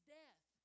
death